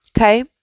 okay